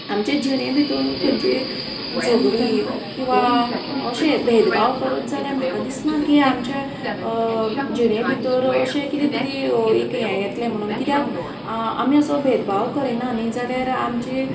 आमचे जिणे भितून खंनची झगडी किंवां अशे भेदभाव करत जाल्यार म्हाका दिसना की आमचे जिणे भितर अशें कितें तरी एक हें येतले म्हणून किद्याक आमी असो भेदभाव करिना न्ही जाल्यार आमचें